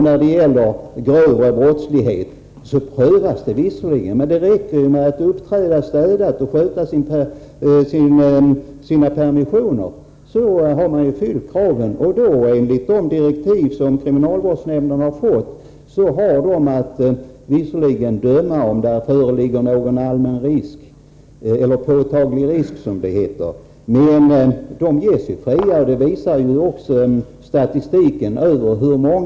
När det gäller grövre brottslighet prövas visserligen frågan om frigivning, men det räcker att den intagne uppträder städat och sköter sina permissioner för att han skall uppfylla kraven för frigivning. Enligt de direktiv som kriminalvårdsnämnden har fått har den visserligen att bedöma om det föreligger någon ”påtaglig risk” med frigivningen, men statistiken över frigivningarna visar ändå att många av dem det gäller släpps fria.